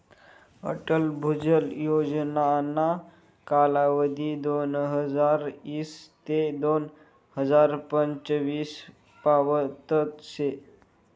अटल भुजल योजनाना कालावधी दोनहजार ईस ते दोन हजार पंचवीस पावतच शे